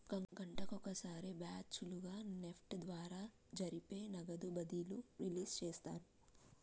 గంటకొక సారి బ్యాచ్ లుగా నెఫ్ట్ ద్వారా జరిపే నగదు బదిలీలు రిలీజ్ చేస్తారు